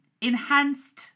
Enhanced